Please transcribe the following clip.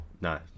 No